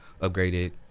upgraded